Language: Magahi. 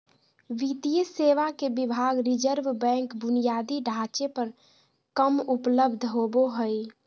वित्तीय सेवा के विभाग रिज़र्व बैंक बुनियादी ढांचे पर कम उपलब्ध होबो हइ